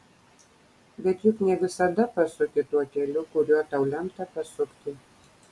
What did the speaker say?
bet juk ne visada pasuki tuo keliu kuriuo tau lemta pasukti